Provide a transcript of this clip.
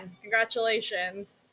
Congratulations